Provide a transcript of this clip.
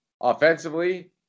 offensively